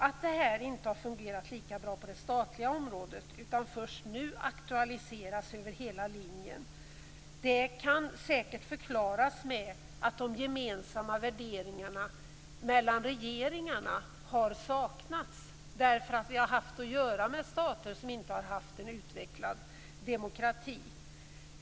Att detta inte har fungerat lika bra på det statliga området utan först nu aktualiseras över hela linjen kan säkert förklaras med att de gemensamma värderingar mellan regeringarna har saknats, därför att vi har haft att göra med stater som inte haft en utvecklad demokrati.